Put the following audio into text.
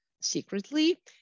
secretly